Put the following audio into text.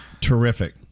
Terrific